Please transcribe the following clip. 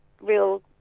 real